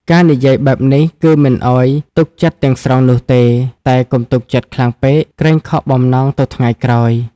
ការនិយាយបែបនេះ គឺមិនឱ្យទុកចិត្តទាំងស្រុងនោះទេ តែកុំទុកចិត្តខ្លាំងពេក ក្រែងខកបំណងទៅថ្ងៃក្រោយ។